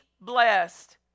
blessed